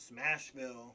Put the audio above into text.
Smashville